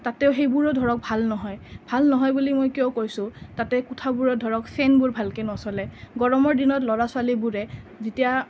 তাতেও সেইবোৰো ধৰক ভাল নহয় ভাল নহয় বুলি মই কিয় কৈছোঁ তাতে কোঠাবোৰত ধৰক ফেনবোৰ ভালকৈ নচলে গৰমৰ দিনত ল'ৰা ছোৱালীবোৰে যেতিয়া